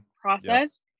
process